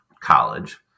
college